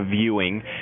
viewing